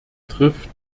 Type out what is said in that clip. trifft